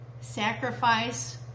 sacrifice